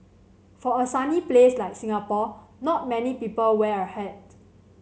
for a sunny place like Singapore not many people wear a hat